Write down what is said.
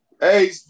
Hey